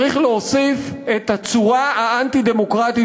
צריך להוסיף את הצורה האנטי-דמוקרטית